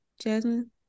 jasmine